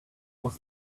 was